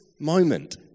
moment